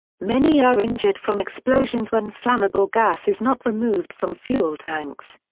many are injured from explosions when flammable gas is not removed from fuel tanks.